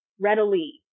readily